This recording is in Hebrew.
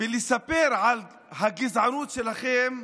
לספר על הגזענות שלכם.